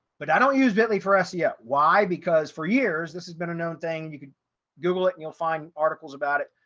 but i don't use bitly for seo. why? because for years, this has been a known thing, you could google it, you'll find articles about it.